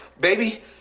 Baby